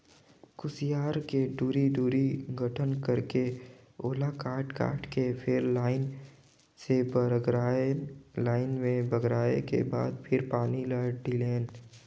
खुसियार के दूरी, दूरी गठन करके ओला काट काट के फिर लाइन से बगरायन लाइन में बगराय के बाद फिर पानी ल ढिलेन